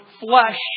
Flesh